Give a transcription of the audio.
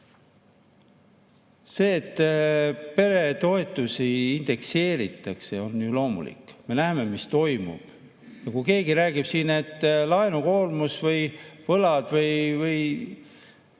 et peretoetusi indekseeritakse, on ju loomulik. Me näeme, mis toimub. Ja kui keegi räägib siin, et laenukoormus või võlad on